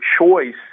choice